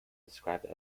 described